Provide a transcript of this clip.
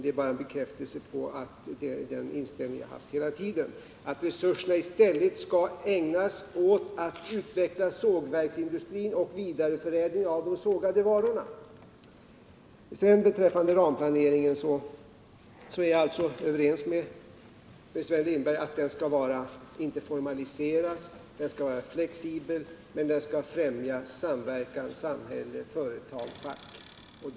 Det blir bara en bekräftelse på den inställning som jag hela tiden har haft, nämligen att resurserna i stället skall användas för att utveckla sågverksindustrin och vidareförädlingen av de sågade varorna. Vad beträffar ramplaneringen är jag alltså överens med Sven Lindberg om att denna inte skall formaliseras utan vara flexibel och främja samverkan mellan samhälle, företag och fack.